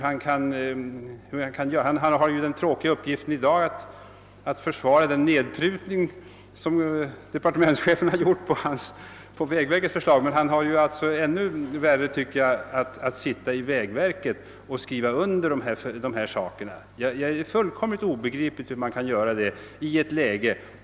Han har nu den tråkiga uppgiften att försvara den nedprutning som departementschefen föreslagit, när det gäller vägverkets förslag, men jag tycker att det måste ha varit ännu värre för honom att sitta i vägverket och skriva under sådana här förslag. Det är för mig fullkomligt obegripligt hur man kan föreslå något sådant.